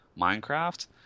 Minecraft